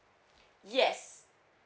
yes